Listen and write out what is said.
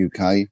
uk